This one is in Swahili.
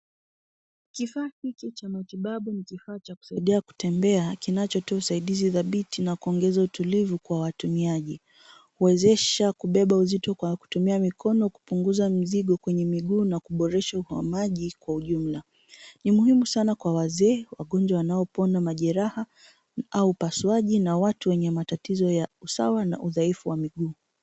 Kifaa hiki cha matibabu ni kifaa cha kusaidia kutembea kinachotoa usaidizi dhabiti na kuongeza ututlivu kwa watumiaji. Waezesha kubeba uzito kwa kutumia mikono kupunguza mzigo kwenye miguu na kuboresha uhamaji kwa jumla. Ni muhimu sana kwa wazee, wagonjwa wanaopona majeraha au upasuaji na watu wenye matatizo ya usawa na udhaifu wa miguu.